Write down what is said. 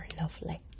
lovely